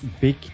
big